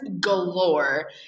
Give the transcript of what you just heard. galore